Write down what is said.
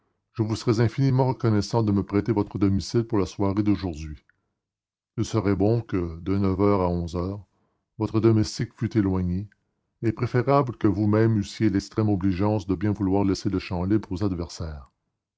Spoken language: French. je vous serais infiniment reconnaissant de me prêter votre domicile pour la soirée d'aujourd'hui il serait bon que de neuf heures à onze heures votre domestique fût éloigné et préférable que vous-même eussiez l'extrême obligeance de bien vouloir laisser le champ libre aux adversaires